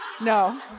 no